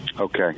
Okay